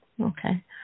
Okay